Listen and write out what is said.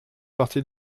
partie